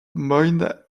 moyne